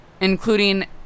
Including